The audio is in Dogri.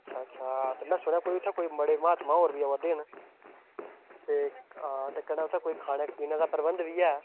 अच्छा अच्छा मैं उत्थै सुनेआ कोई उत्थै कोई बड़े म्हातमां होर बी आवै दे न ते आं कन्नै उत्थै कोई खाने पीने द प्रबंध बी ऐ